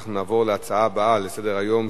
אנחנו נעבור להצעות הבאות לסדר-היום,